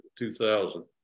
2000